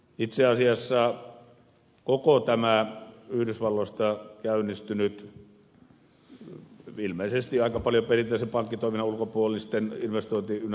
itse asiassa koko tämä yhdysvalloista käynnistynyt ilmeisesti aika paljon perinteisen pankkitoiminnan ulkopuolisten investointi ynnä muuta